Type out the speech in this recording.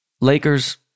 Lakers